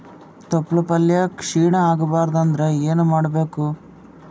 ತೊಪ್ಲಪಲ್ಯ ಕ್ಷೀಣ ಆಗಬಾರದು ಅಂದ್ರ ಏನ ಮಾಡಬೇಕು?